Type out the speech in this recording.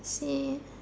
seen